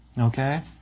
Okay